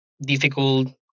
Difficult